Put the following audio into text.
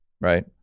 right